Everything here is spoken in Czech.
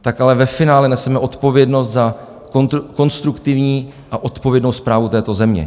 tak ale ve finále neseme odpovědnost za konstruktivní a odpovědnou správu této země.